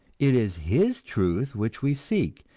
it is his truth which we seek,